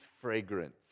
fragrance